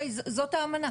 זו האמנה